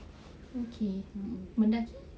okay mendaki